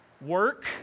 Work